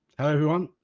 hello, everyone.